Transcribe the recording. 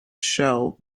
shelved